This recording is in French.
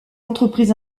entreprise